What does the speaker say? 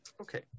Okay